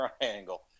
triangle